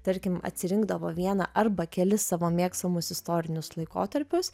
tarkim atsirinkdavo vieną arba kelis savo mėgstamus istorinius laikotarpius